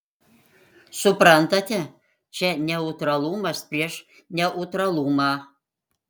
suprantate čia neutralumas prieš neutralumą